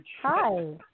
Hi